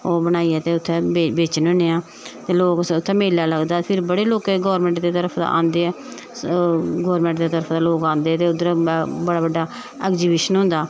ओह् बनाइयै ते उत्थें बेचने होने आं ते लोग उत्थें मेला लगदा ते फिर बड़े लोकें गौरमेंट दी तरफ दा आंदे आ गौरमेंट दी तरफ दा लोग आंदे ते उद्धर बड़ा बड्डा एग्जीबिशन होंदा